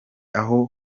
aho